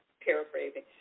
paraphrasing